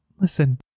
listen